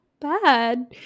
bad